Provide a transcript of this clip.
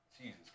Jesus